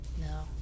no